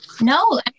No